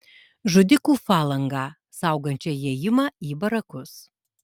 žudikų falangą saugančią įėjimą į barakus